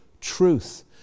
truth